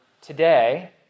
today